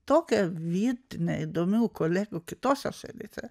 tokią virtinę įdomių kolegų kitose šalyse